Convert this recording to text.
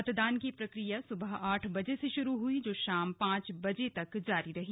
मतदान की प्रक्रिया सुबह आठ बजे से शुरू हई जो शाम पांच बजे तक जारी रही